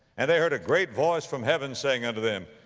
and they heard a great voice from heaven saying unto them,